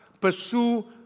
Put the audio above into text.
pursue